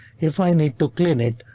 if i need to clean it,